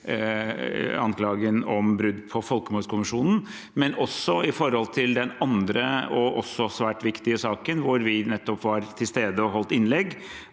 anklagen om brudd på folkemordkonvensjonen, og i forbindelse med den andre også svært viktige saken, hvor vi nettopp var til stede og holdt innlegg,